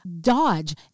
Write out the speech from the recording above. dodge